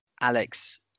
alex